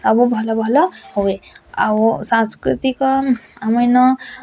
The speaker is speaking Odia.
ସବୁ ଭଲ ଭଲ ହୁଏ ଆଉ ସାଂସ୍କୃତିକ ଆମେ ନ